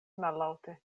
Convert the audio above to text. mallaŭte